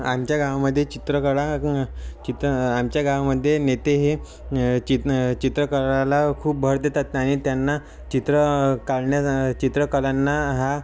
आमच्या गावामध्ये चित्रकला चित्र आमच्या गावामध्ये नेते हे चित् चित्रकलेला खूप भर देतात आणि त्यांना चित्र काढण्या चित्रकलांना हा